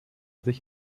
sich